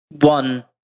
one